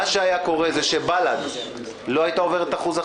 מה שהיה קורה זה שבל"ד לא הייתה עוברת את אחוז החסימה.